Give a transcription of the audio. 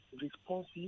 responsive